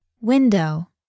Window